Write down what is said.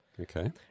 Okay